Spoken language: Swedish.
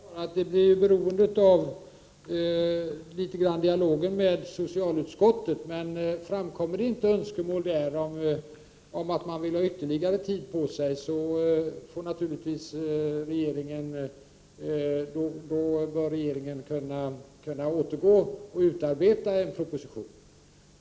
Herr talman! Jag vill på den sist ställda frågan svara att det i viss mån blir beroende av dialogen med socialutskottet. Men om det där inte framkommer önskemål att man vill ha ytterligare tid på sig, bör regeringen kunna återgå till att utarbeta en proposition.